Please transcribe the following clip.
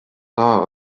law